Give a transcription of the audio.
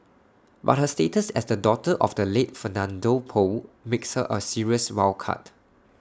but her status as the daughter of the late Fernando Poe makes her A serious wild card